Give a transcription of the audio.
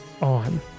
on